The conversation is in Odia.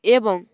ଏବଂ